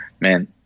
man